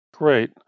Great